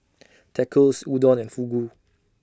Tacos Udon and Fugu